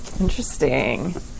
Interesting